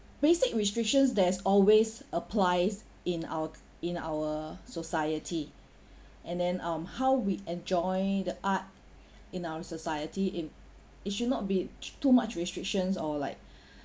basic restrictions that's always applied in our in our society and then um how we enjoy the art in our society in it should not be too much restrictions or like